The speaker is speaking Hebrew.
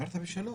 אמרת בשלוש.